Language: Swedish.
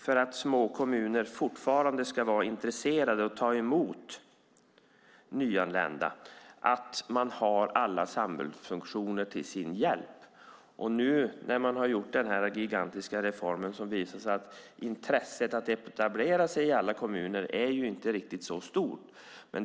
För att småkommuner fortfarande ska vara intresserade av att ta emot nyanlända är det rätt viktigt att de har alla samhällsfunktioner till sin hjälp. Nu när den gigantiska reformen har genomförts visar det sig att intresset att etablera sig i alla kommuner inte är riktigt så stort.